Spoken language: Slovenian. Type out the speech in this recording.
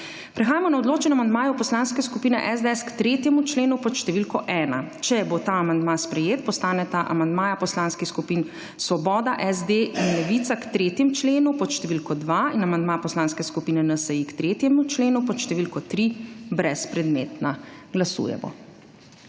Prehajamo na odločanje o amandmaju Poslanske skupine SDS k 3. členu pod številko 1. Če bo ta amandma sprejet postaneta amandmaja poslanskih skupin Svoboda, SD in levica k 3. členu pod številko 2 in amandma Poslanske skupine NSi k 3. členu pod številko 3 brezpredmetna. Glasujemo.